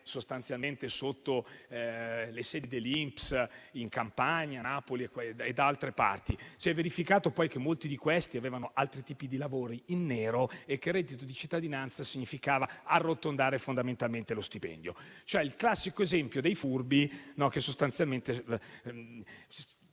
protestare sotto le sedi dell'INPS in Campania, a Napoli e da altre parti e si è verificato poi che molti di questi avevano altri tipi di lavori in nero e che il reddito di cittadinanza per loro significava arrotondare fondamentalmente lo stipendio. È il classico esempio dei furbi che di fatto